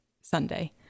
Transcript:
Sunday